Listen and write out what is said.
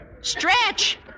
Stretch